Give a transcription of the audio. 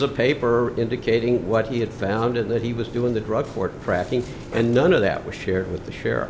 of paper indicating what he had found in that he was doing the drug for fracking and none of that was shared with the share